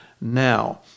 now